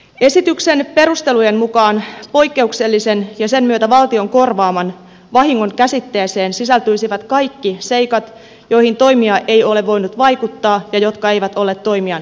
esityksen perustelujen mukaan poikkeuksellisen ja sen myötä valtion korvaaman vahingon käsitteeseen sisältyisivät kaikki seikat joihin toimija ei ole voinut vaikuttaa ja jotka eivät ole toimijan hallittavissa